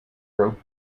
broke